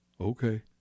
Okay